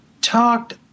talked